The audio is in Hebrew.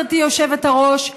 חברתי היושבת-ראש,